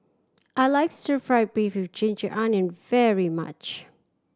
I like stir fried beef with ginger onion very much